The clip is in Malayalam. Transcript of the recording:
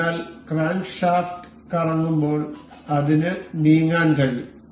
അതിനാൽ ക്രാങ്ക്ഷാഫ്റ്റ് കറങ്ങുമ്പോൾ അതിന് നീങ്ങാൻ കഴിയും